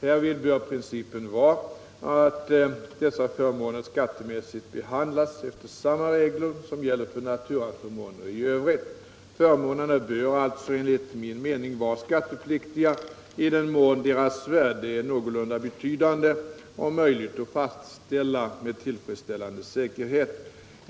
Härvid bör principen vara att dessa förmåner skattemässigt behandlas efter samma regler som gäller för naturaförmåner i övrigt. Förmånerna bör alltså enligt min mening vara skattepliktiga i den mån deras värde är någorlunda betydande och möjliga att fastställa med tillfredsställande säkerhet.